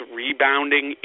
rebounding